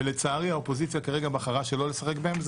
ולצערי האופוזיציה כרגע בחרה שלא לשחק בהם.